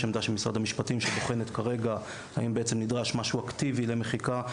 יש עמדה של משרד המשפטים שבוחנת כרגע האם נדרש משהו אקטיבי למחיקה.